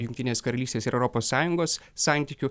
jungtinės karalystės ir europos sąjungos santykių